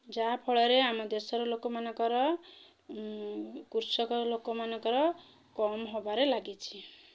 ଯାହାଫଳରେ ଆମ ଦେଶର ଲୋକମାନଙ୍କର କୃଷକ ଲୋକମାନଙ୍କର କମ୍ ହେବାରେ ଲାଗିଛି